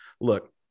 look